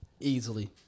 Easily